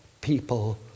people